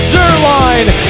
Zerline